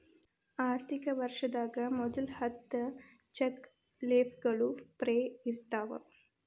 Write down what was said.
ಆರ್ಥಿಕ ವರ್ಷದಾಗ ಮೊದಲ ಹತ್ತ ಚೆಕ್ ಲೇಫ್ಗಳು ಫ್ರೇ ಇರ್ತಾವ